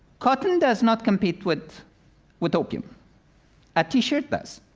cotton does not compete with with opium a t-shirt does.